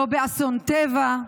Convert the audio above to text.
לא באסון טבע,